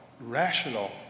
rational